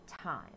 time